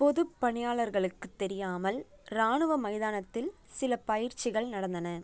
பொதுப் பணியாளர்களுக்குத் தெரியாமல் ராணுவ மைதானத்தில் சில பயிற்சிகள் நடந்தன